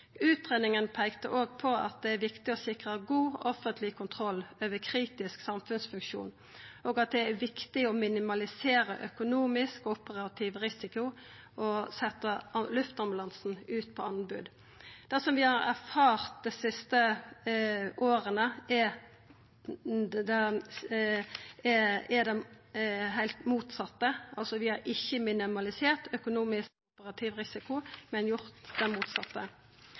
på at det er viktig å sikra god offentleg kontroll over kritiske samfunnsfunksjonar, og at det er viktig å minimalisera økonomisk og operativ risiko ved å setja luftambulansen ut på anbod. Det vi har erfart dei siste åra, er det heilt motsette. Vi har ikkje minimalisert økonomisk og operativ risiko, men gjort det motsette.